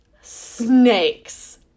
snakes